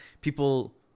people